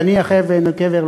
להניח אבן על קבר,